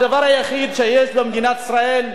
הדבר היחיד שיש במדינת ישראל,